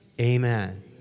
Amen